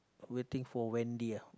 waiting for Wendy ah